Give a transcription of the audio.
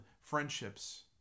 friendships